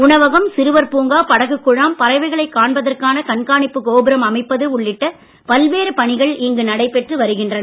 உணவகம் சிறுவர் பூங்கா படகுக் குழாம் பறவைகளைக் காண்பதற்கான கண்காணிப்பு கோபுரம் அமைப்பது உள்ளிட்ட பல்வேறு பணிகள் இங்கு நடைபெற்று வருகின்றன